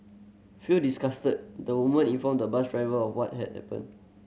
feeling disgusted the woman informed the bus driver of what had happened